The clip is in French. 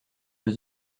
veut